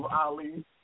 Ali